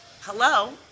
hello